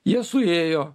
jie suėjo